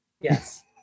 yes